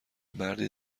مردی